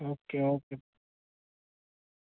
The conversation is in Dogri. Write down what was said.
okay okay